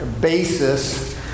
basis